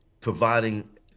providing